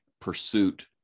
pursuit